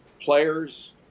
players